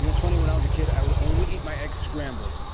know, it's funny, when i was a kid, i would only eat my eggs scrambled.